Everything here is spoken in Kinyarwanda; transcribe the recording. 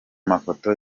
mafoto